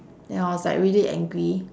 then I was like really angry